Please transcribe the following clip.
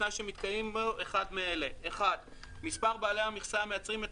בתנאי שמתקיים אחד מאלה: מספר בעלי המכסה המייצרים את